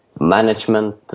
management